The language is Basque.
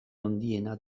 handiena